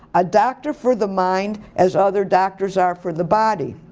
a doctor for the mind as other doctors are for the body.